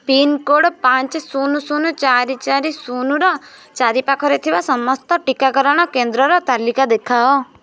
pincode ପାଞ୍ଚେ ଶୂନ ଶୂନ ଚାରି ଚାରି ଶୂନର ଚାରିପାଖରେ ଥିବା ସମସ୍ତ ଟିକାକରଣ କେନ୍ଦ୍ରର ତାଲିକା ଦେଖାଅ